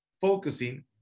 focusing